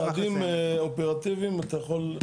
צעדים אופרטיביים אתה יכול.